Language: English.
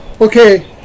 Okay